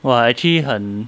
!wah! actually 很